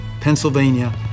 Pennsylvania